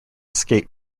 skate